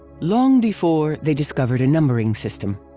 long before, they discovered a numbering system.